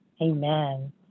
Amen